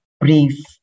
brief